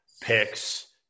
picks